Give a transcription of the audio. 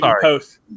post